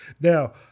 Now